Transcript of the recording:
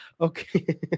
okay